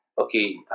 Okay